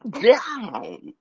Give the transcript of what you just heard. down